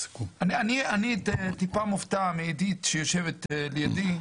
אני טיפה מופתע מאדית שיושבת לידי,